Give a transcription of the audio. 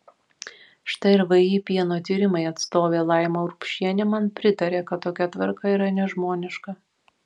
štai ir vį pieno tyrimai atstovė laima urbšienė man pritarė kad tokia tvarka yra nežmoniška